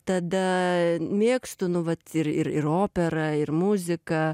tada mėgstu nu vat ir ir ir operą ir muziką